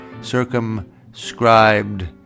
circumscribed